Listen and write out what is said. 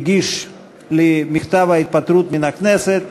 את מכתב ההתפטרות מן הכנסת,